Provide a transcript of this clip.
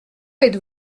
êtes